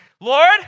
Lord